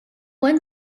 one